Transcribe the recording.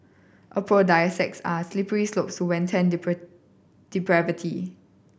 aphrodisiacs are slippery slopes to wanton depravity